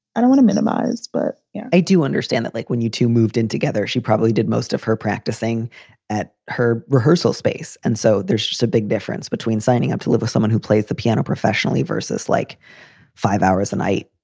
i want to minimize but i do understand that, like when you two moved in together, she probably did most of her practicing at her rehearsal space. and so there's just a big difference between signing up to live with someone who plays the piano professionally versus like five hours a night.